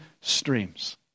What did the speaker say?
streams